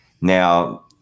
Now